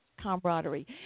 camaraderie